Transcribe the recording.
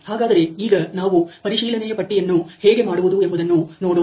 ಹಾಗಾದರೆ ಈಗ ನಾವು ಪರಿಶೀಲನೆಯ ಪಟ್ಟಿ ಅನ್ನು ಹೇಗೆ ಮಾಡುವುದು ಎಂಬುದನ್ನು ನೋಡೋಣ